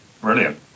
Brilliant